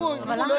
אם הוא לא יאשר.